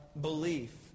belief